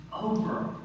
over